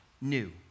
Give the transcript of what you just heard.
new